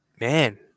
Man